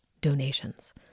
donations